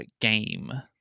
game